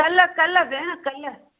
कल्ह कल्ह भेण कल्ह